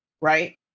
right